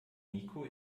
niko